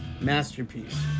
masterpiece